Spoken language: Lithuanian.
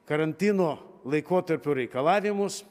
karantino laikotarpiu reikalavimus